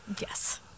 Yes